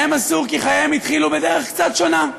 להם אסור כי חייהם התחילו בדרך קצת שונה.